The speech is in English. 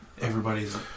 Everybody's